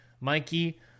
Mikey